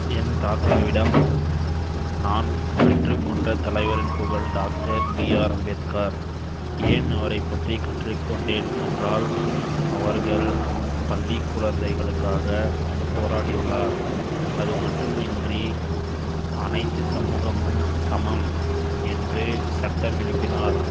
என் தாத்தாவிடம் நான் கற்றுக்கொண்ட தலைவரின் புகழ் டாக்டர் பிஆர் அம்பேத்கார் ஏன் அவரைப்பற்றி கற்றுக்கொண்டேன் என்றால் அவர்கள் பள்ளிக் குழந்தைகளுக்காக போராடியுள்ளார் அது மட்டுமின்றி அனைத்து சமூகமும் சமம் என்று சட்டம் எழுப்பினார்